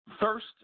First